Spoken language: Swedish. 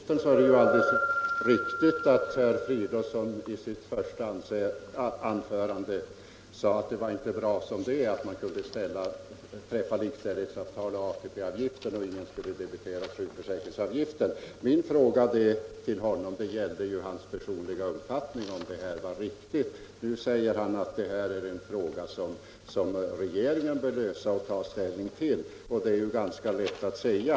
Herr talman! Det är riktigt att herr Fridolfsson i sitt första anförande sade att det inte bra som det är, nämligen att man kan träffa likställighetsavtal om ATP-avgiften och ingen debiteras sjukförsäkringsavgiften. Min fråga till honom gällde hans personliga uppfattning i frågan om det här var riktigt. Nu säger herr Fridolfsson att detta är en sak som regeringen bör ta ställning till och lösa. Det är lätt att säga.